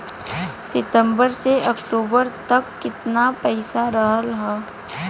सितंबर से अक्टूबर तक कितना पैसा रहल ह?